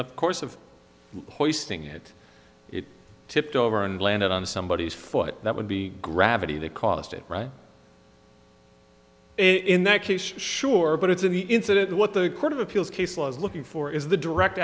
the course of hoisting it it tipped over and landed on somebody his foot that would be gravity they caused it right in that case sure but it's in the incident what the court of appeals case law is looking for is the direct